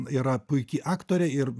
yra puiki aktorė ir